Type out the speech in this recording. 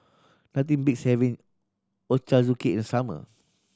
nothing beats having Ochazuke in summer